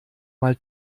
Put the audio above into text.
mal